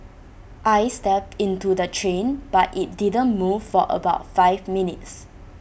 I stepped into the train but IT didn't move for about five minutes